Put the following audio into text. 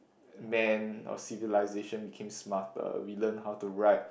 then our civilization became smarter we learnt how to write